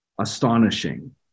astonishing